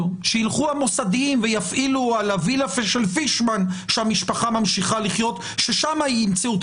במסגרת מדיניות הביצוע שלכם שאתם מוציאים את